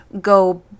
go